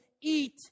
eat